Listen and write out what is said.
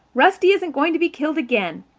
rusty isn't going to be killed again.